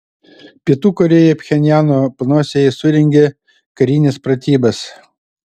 pietų korėja pchenjano panosėje surengė karines pratybas